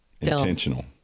Intentional